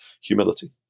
humility